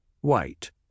white